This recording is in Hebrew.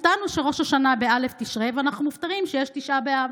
הופתענו שראש השנה בא' תשרי ואנחנו מופתעים שיש תשעה באב.